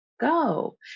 go